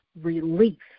relief